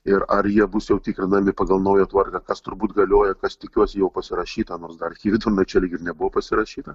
ir ar jie bus jau tikrinami pagal naują tvarką kas turbūt galioja kas tikiuosi jau pasirašyta nors dar iki vidurnakčio lyg ir nebuvo pasirašyta